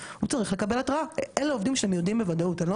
אני לא אומרת עכשיו כמו שהיא אמרה מקודם אי אפשר לתת התראה,